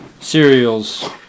cereals